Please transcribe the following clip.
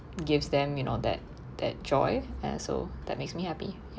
gives them you know that that joy and so that makes me happy yup